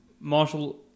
Marshall